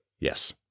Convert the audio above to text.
yes